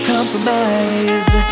Compromise